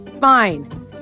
Fine